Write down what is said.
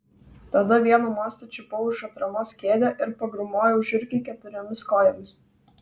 tada vienu mostu čiupau už atramos kėdę ir pagrūmojau žiurkei keturiomis kojomis